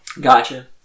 Gotcha